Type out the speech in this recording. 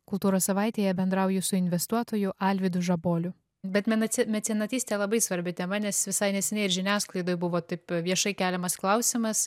kultūros savaitėje bendrauju su investuotoju alvydu žaboliu bet mece mecenatystė labai svarbi tema nes visai neseniai žiniasklaidoj buvo taip viešai keliamas klausimas